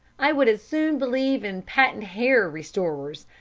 i would as soon believe in patent hair restorers.